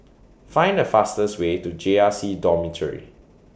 Find The fastest Way to J R C Dormitory